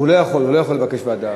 הוא לא יכול, הוא לא יכול לבקש ועדה.